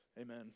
Amen